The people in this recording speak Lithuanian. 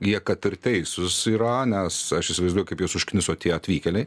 jie kad ir teisūs yra nes aš įsivaizduoju kaip juos užkniso tie atvykėliai